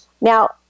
Now